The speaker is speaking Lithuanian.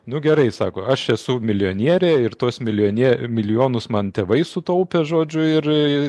nu gerai sako aš esu milijonierė ir tuos milijonie milijonus man tėvai sutaupė žodžiu ir